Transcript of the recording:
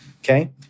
Okay